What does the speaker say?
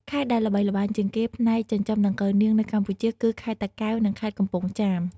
ខេត្តដែលល្បីល្បាញជាងគេផ្នែកចិញ្ចឹមដង្កូវនាងនៅកម្ពុជាគឺ ខេត្តតាកែវ និងខេត្តកំពង់ចាម។